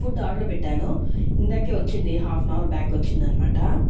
food order పెట్టాను ఇందాకే వచ్చింది హాఫ్ ఆన్ అవర్ బ్యాక్ వచ్చిందన్నమాట